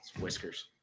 whiskers